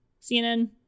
cnn